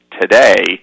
today